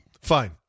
Fine